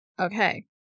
okay